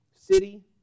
city